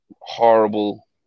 horrible